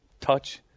touch